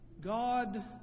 God